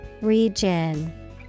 Region